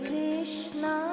Krishna